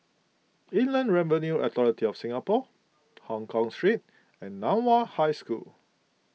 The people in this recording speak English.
Inland Revenue Authority of Singapore Hongkong Street and Nan Hua High School